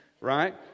right